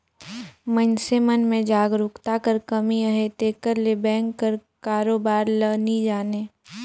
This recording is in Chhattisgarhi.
मइनसे मन में जागरूकता कर कमी अहे तेकर ले बेंक कर कारोबार ल नी जानें